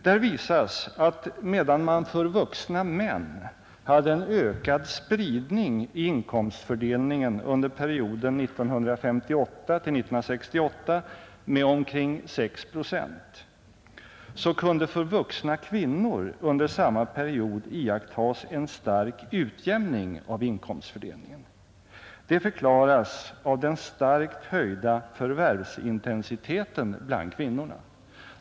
Där visas att medan man för vuxna män hade en ökad spridning i inkomstfördelningen under perioden 1958-1968 med omkring 6 procent, så kunde för vuxna kvinnor under samma period iakttas en stark utjämning av inkomstfördelningen. Det förklaras av den starkt höjda förvärvsintensiteten bland kvinnor.